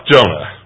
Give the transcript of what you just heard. Jonah